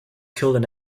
killed